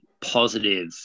positive